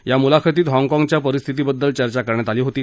या मुलाखतीत हाँगकाँगच्या परिस्थितीबद्दल चर्चा करण्यात आली होती